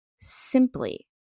simply